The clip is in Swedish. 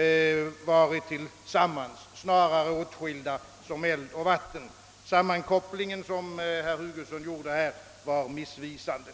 — varit tillsammans utan snarare åtskilda som eld och vatten. Den sammankoppling som herr Hugosson gjorde var därför missvisande.